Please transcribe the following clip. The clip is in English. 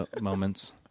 moments